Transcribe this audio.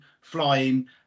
flying